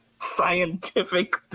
scientific